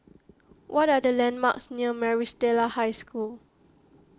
what are the landmarks near Maris Stella High School